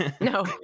No